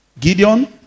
Gideon